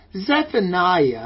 Zephaniah